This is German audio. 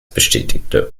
bestätigte